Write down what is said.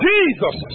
Jesus